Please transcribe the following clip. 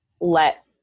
let